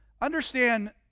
Understand